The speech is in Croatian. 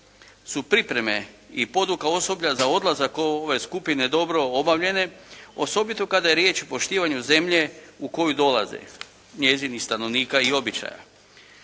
su pripreme i poduka osoblja za odlazak ove skupine dobro obavljene, osobito kada je riječ o poštivanju zemlje u koju dolaze njezinih stanovnika i običaja.